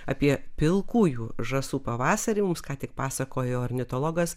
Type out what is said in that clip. apie pilkųjų žąsų pavasarį mums ką tik pasakojo ornitologas